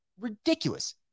ridiculous